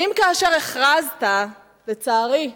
האם כאשר הכרזת, לצערי,